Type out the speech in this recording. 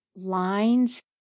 Lines